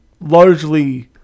largely